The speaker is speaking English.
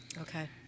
Okay